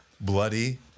Bloody